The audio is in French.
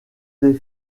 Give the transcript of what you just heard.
des